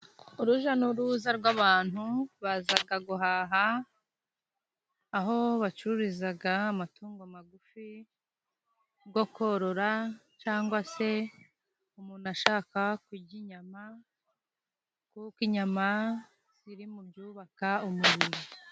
Urujya n'uruza rw'abantu baza guhaha aho bacururiza amatungo magufi yo korora,,,, cyangwa se umuntu ashaka kurya inyama, kuko inyama ziri mu byubaka umubiri.